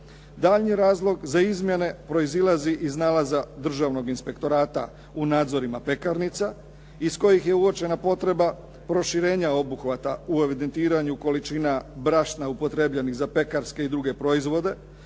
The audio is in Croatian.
Daljnji razlog za izmjene proizlazi iz nalaza Državnog inspektorata u nadzorima pekarnica iz kojih je uočena potreba proširenja obuhvata u evidentiranju količina brašna upotrijebljenih za pekarske i druge proizvode